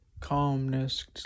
calmness